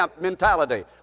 mentality